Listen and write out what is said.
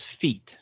feet